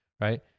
right